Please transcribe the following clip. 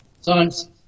science